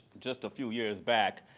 just a few years back,